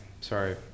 sorry